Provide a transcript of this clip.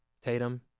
Tatum